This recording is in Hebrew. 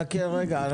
חכה רגע.